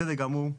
בסדר גמור.